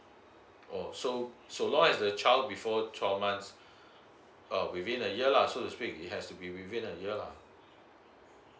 oh so so as long as the child before twelve months uh within a year lah so to speak it has to be within a year lah